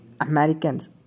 Americans